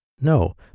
No